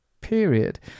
period